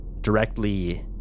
directly